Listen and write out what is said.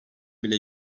bile